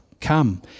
Come